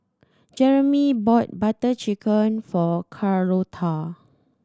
Jeremey bought Butter Chicken for Carlotta